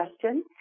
question